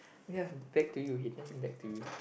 ya back to he turn back to you